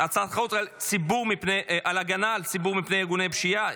הציבור מפני ארגוני פשיעה,